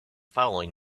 following